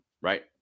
right